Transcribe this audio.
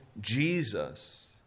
Jesus